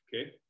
Okay